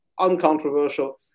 uncontroversial